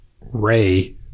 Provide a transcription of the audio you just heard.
Ray